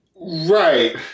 Right